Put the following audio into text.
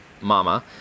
mama